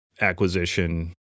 acquisition